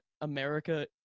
America